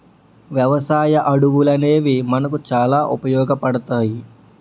వ్యవసాయ అడవులనేవి మనకు చాలా ఉపయోగపడతాయి